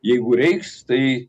jeigu reiks tai